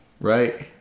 right